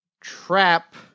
Trap